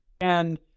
And-